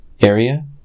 Area